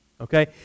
Okay